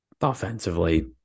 offensively